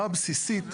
הבסיסית,